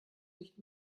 nicht